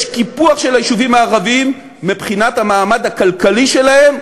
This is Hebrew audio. יש קיפוח של היישובים הערביים מבחינת המעמד הכלכלי שלהם,